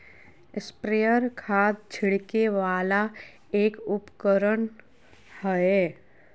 sprayer खाद छिड़के वाला एक उपकरण हय